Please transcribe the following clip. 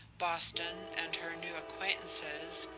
boston, and her new acquaintances,